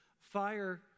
fire